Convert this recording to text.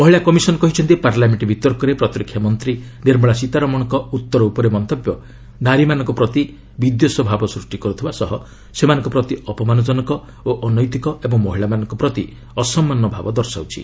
ମହିଳା କମିଶନ୍ କହିଛନ୍ତି ପାର୍ଲାମେଣ୍ଟ ବିତର୍କରେ ପ୍ରତିରକ୍ଷା ମନ୍ତ୍ରୀ ନିର୍ମଳା ସୀତାରମଣଙ୍କ ଉତ୍ତର ଉପରେ ମନ୍ତବ୍ୟ ନାରୀମାନଙ୍କ ପ୍ରତି ବିଦ୍ୱେଷାଭାବ ସୃଷ୍ଟି କରୁଥିବା ସହ ସେମାନଙ୍କ ପ୍ରତି ଅପମାନ ଜନକ ଓ ଅନୈତିକ ଏବଂ ମହିଳାମାନଙ୍କ ପ୍ରତି ଅସମ୍ମାନ ଭାବ ଦର୍ଶାଉଛି